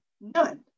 None